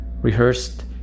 rehearsed